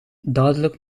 dadelijk